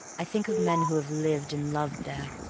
i think of men who have lived and loved there,